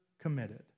committed